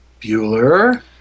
Bueller